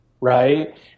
right